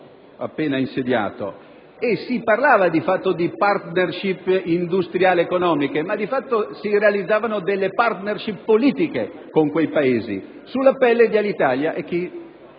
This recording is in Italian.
appena insediato. Si parlava di *partnership* industriali-economiche, ma di fatto si realizzavano delle *partnership* politiche con quei Paesi sulla pelle di Alitalia e di